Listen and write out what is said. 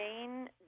Jane